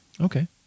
Okay